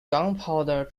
gunpowder